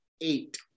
eight